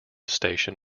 station